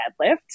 deadlift